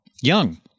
young